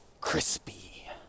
crispy